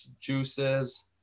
juices